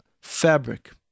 fabric